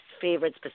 favorites